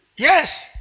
Yes